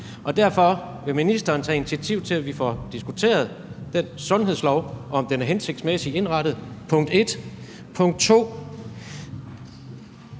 op til. Vil ministeren derfor tage initiativ til, at vi får diskuteret den sundhedslov, altså om den er hensigtsmæssigt indrettet? Det er punkt 1.